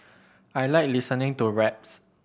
I like listening to raps